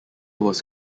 was